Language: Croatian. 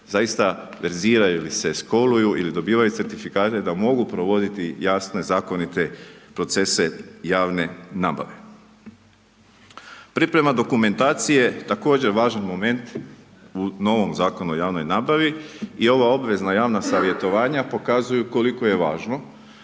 zaista verziraju ili se školuju ili dobivaju certifikate da mogu provoditi jasne, zakonite procese javne nabave. Priprema dokumentacije, također važan moment u novom Zakonu o javnoj nabavi i ova obvezna javna savjetovanja pokazuju koliko je važno,